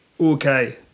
Okay